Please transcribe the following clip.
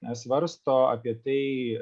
na svarsto apie tai